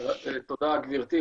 תודה גברתי.